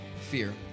fear